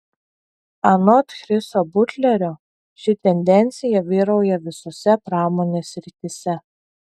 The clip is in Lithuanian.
anot chriso butlerio ši tendencija vyrauja visose pramonės srityse